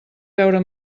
veure